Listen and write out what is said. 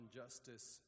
justice